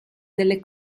delle